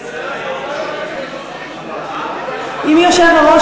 אי-אפשר להודיע, עד שלא הודיע יושב-ראש